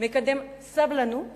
מקדם סבלנות